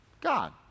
God